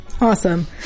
Awesome